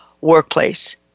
workplace